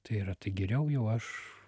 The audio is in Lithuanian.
tai yra tai geriau jau aš